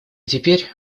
теперь